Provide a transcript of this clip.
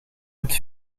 het